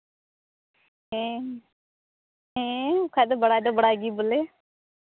ᱦᱮᱸ ᱦᱮᱸ ᱵᱟᱠᱷᱟᱱ ᱫᱚ ᱵᱟᱲᱟᱭ ᱫᱚ ᱵᱟᱲᱟᱭ ᱜᱮ ᱵᱚᱞᱮ